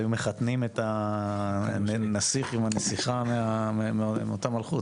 היו מחתנים את הנסיך עם הנסיכה מאותה מלכות,